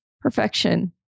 perfection